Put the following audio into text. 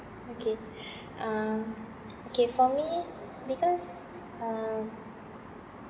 okay um okay for me because um